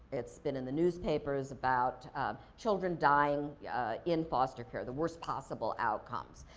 it's been in the newspapers about children dying yeah in foster care. the worst possible outcomes.